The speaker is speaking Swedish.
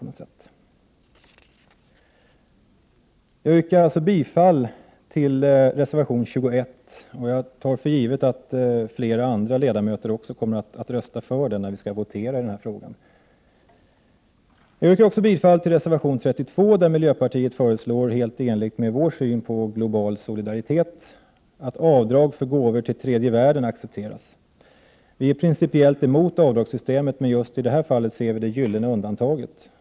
Jag yrkar bifall till reservation 21, och jag tar för givet att många andra ledamöter också kommer att rösta för den vid voteringen. Jag yrkar också bifall till reservation 32, i vilken miljöpartiet föreslår — i enlighet med vår syn på global solidaritet — att avdrag för gåvor till tredje världen accepteras. Vi är principiellt emot avdragssystemet, men just detta fall är det gyllene undantaget.